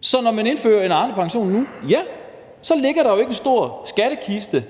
Så når man nu indfører en Arnepension, ligger der jo ikke en stor skattekiste